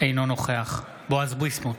אינו נוכח בועז ביסמוט,